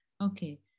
okay